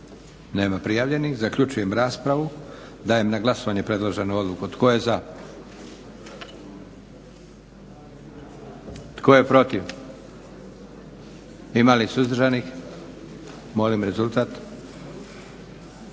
Nema prijavljenih. Zaključujem raspravu. Dajem na glasovanje predloženu odluku. Tko je za? Tko je protiv? Ima li suzdržanih? Molim rezultat.